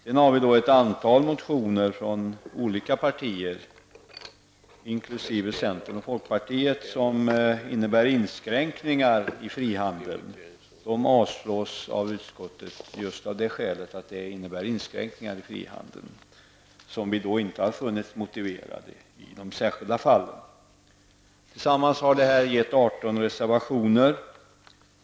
Sedan har vi ett antal motioner från olika partier, inkl. centern och folkpartiet, som innebär inskränkningar i frihandeln. De avstyrks av utskottet just av det skälet. Vi har inte funnit dessa förslag till inskränkningar motiverade i de särskilda fallen. Tillsammans har detta föranlett 18 reservationer.